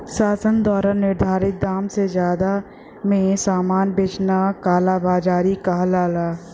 शासन द्वारा निर्धारित दाम से जादा में सामान बेचना कालाबाज़ारी कहलाला